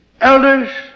Elders